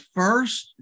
first